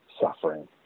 suffering